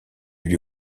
lui